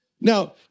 Now